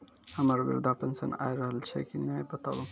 हमर वृद्धा पेंशन आय रहल छै कि नैय बताबू?